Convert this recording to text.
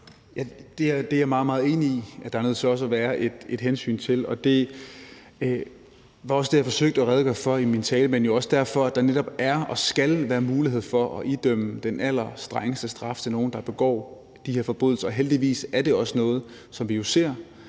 Det er jeg meget, meget enig i at der også er nødt til at være et hensyn til. Det var også det, jeg forsøgte at redegøre for i min tale. Men det er også derfor, der netop er og skal være mulighed for at idømme den allerstrengeste straf til nogen, der begår de her forbrydelser, og heldigvis er det også noget, som vi jo ser